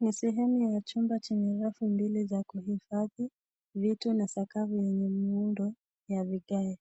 Ni sehemu ya chumba chenye rafu mbili za kuhifhadhi vitu na sakafu yenye miundo ya video ,